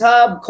Hub